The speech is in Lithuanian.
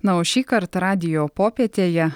na o šįkart radijo popietėje